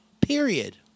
Period